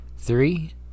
Three